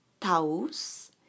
taus